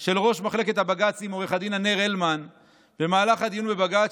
של ראש מחלקת הבג"צים עו"ד ענר הלמן במהלך הדיון בבג"ץ,